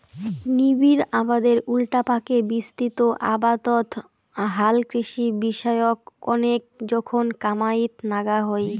নিবিড় আবাদের উল্টাপাকে বিস্তৃত আবাদত হালকৃষি বিষয়ক কণেক জোখন কামাইয়ত নাগা হই